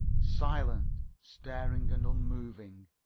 silent, staring and unmoving.